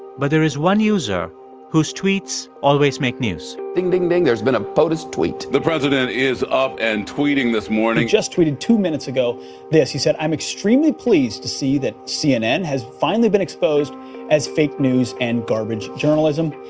but there is one user whose tweets always make news ding, ding, ding there's been a potus tweet the president is up and tweeting this morning he just tweeted two minutes ago this. he said i'm extremely pleased to see that cnn has finally been exposed as fake news and garbage journalism.